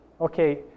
Okay